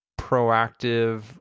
proactive